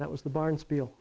that was the barn spiel